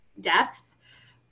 depth